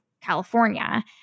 California